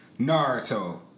Naruto